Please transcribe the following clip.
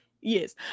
Yes